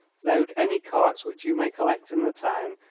load any carts which you may collect in the town,